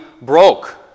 broke